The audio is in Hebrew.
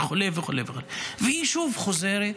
לא להסית וכו' וכו' וכו', והיא שוב חוזרת.